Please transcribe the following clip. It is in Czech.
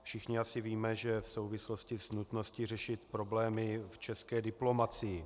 Všichni asi víme, že v souvislosti s nutností řešit problémy v české diplomacii.